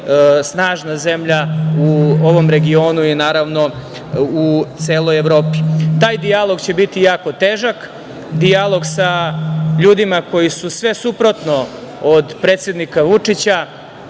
snažna zemlja u ovom regionu i u celoj Evropi. Taj dijalog će biti jako težak, dijalog sa ljudima koji su sve suprotno od predsednika Vučića,